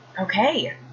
Okay